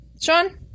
sean